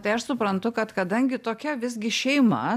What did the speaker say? tai aš suprantu kad kadangi tokia visgi šeima